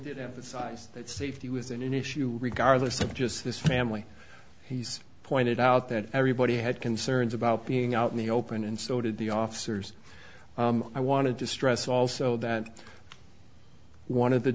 it emphasized that safety was an issue regardless of just this family he's pointed out that everybody had concerns about being out in the open and so did the officers i wanted to stress also that one of the